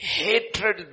hatred